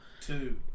Two